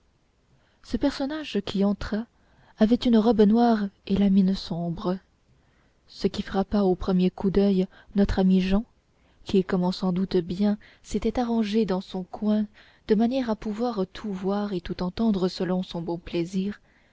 le personnage qui entra avait une robe noire et la mine sombre ce qui frappa au premier coup d'oeil notre ami jehan qui comme on s'en doute bien s'était arrangé dans son coin de manière à pouvoir tout voir et tout entendre selon son bon plaisir